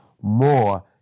more